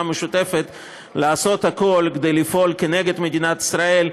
המשותפת לעשות הכול כדי לפעול נגד מדינת ישראל,